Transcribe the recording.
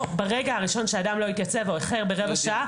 לא ברגע הראשון שאדם לא התייצב או איחר ברבע שעה,